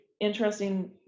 Interesting